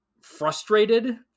frustrated